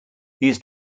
these